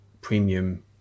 premium